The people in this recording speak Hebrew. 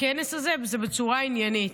הכנס הזה הוא שהיא מתנהלת בצורה עניינית.